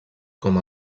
com